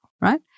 right